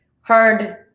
heard